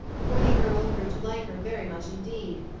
for the earl grew to like her very much indeed.